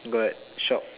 got shop